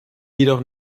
jedoch